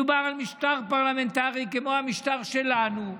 מדובר על משטר פרלמנטרי כמו המשטר שלנו,